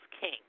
king